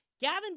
Gavin